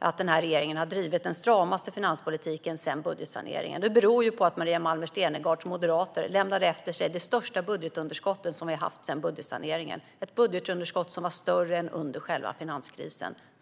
har den här regeringen drivit den stramaste finanspolitiken sedan budgetsaneringen. Det beror på att Maria Malmer Stenergards Moderaterna lämnade efter sig det största budgetunderskottet som vi har haft sedan budgetsaneringen - ett budgetunderskott som var större än under själva finanskrisen.